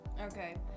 Okay